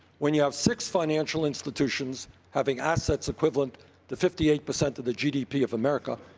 when you have six financial institutions having assets equivalent to fifty eight percent of the gdp of america,